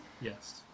yes